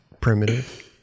Primitive